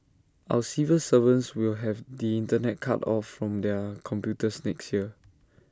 our civil servants will have the Internet cut off from their computers next year